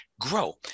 grow